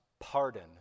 pardon